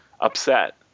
upset